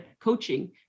coaching